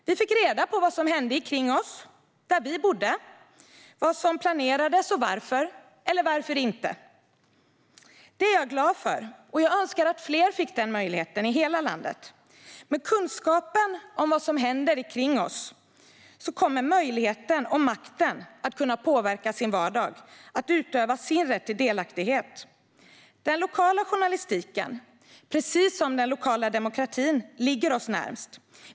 Vi fick reda på vad som hände omkring oss där vi bodde, vad som planerades och varför - eller varför inte. Det är jag glad för, och jag önskar att fler fick den möjligheten i hela landet. Med kunskapen om vad som händer omkring oss kommer möjligheten och makten att kunna påverka vår vardag och att utöva vår rätt till delaktighet. Den lokala journalistiken - precis som den lokala demokratin - ligger oss närmast.